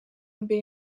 mbere